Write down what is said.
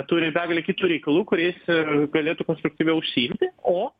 turi begalę kitų reikalų kuriais a galėtų konstruktyviau užsiimti o